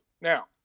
Now